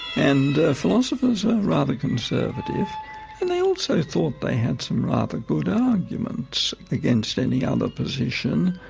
and philosophers are rather conservative and they also thought they had some rather good arguments against any other position.